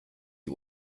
die